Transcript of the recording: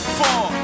four